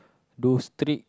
do street